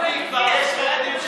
איך זה שיהדות התורה,